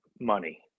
money